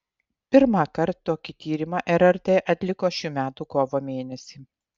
pirmąkart tokį tyrimą rrt atliko šių metų kovo mėnesį